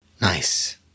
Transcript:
nice